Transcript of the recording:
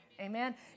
Amen